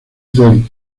del